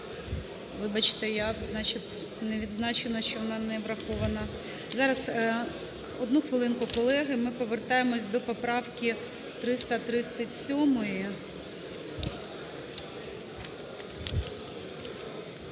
Вибачте, значить не відзначено, що вона не врахована. Зараз одну хвилинку, колеги, ми повертаємося до поправки 337.